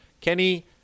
Kenny